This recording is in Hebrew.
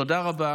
תודה רבה